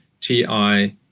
TI